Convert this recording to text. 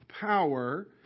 power